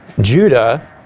Judah